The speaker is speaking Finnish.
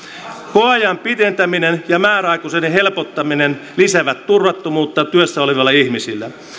koeajan pidentäminen ja määräaikaisuuden helpottaminen lisäävät turvattomuutta työssä olevilla ihmisillä